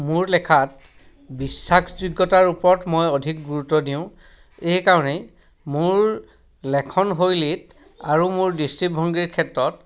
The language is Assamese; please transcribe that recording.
মোৰ লেখাত বিশ্বাসযোগ্যতাৰ ওপৰত মই অধিক গুৰুত্ব দিওঁ এইকাৰণেই মোৰ লেখনশৈলীত আৰু মোৰ দৃষ্টিভংগীৰ ক্ষেত্ৰত